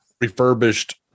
refurbished